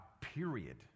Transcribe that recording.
period